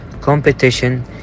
Competition